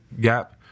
gap